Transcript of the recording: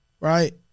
right